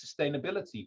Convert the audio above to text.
sustainability